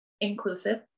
inclusive